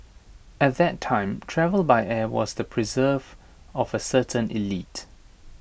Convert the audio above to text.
at that time travel by air was the preserve of A certain elite